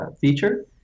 feature